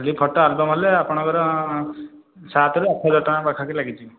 ଖାଲି photo album ହେଲେ ଆପଣଙ୍କର ସାତରୁ ଆଠ ହଜାର ଟଙ୍କା ପାଖାପାଖି ଲାଗିଯିବ